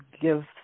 give